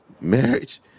marriage